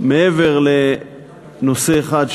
מעבר לנושא אחד,